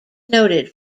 noted